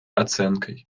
оценкой